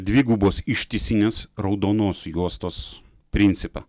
dvigubos ištisinės raudonos juostos principą